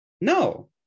No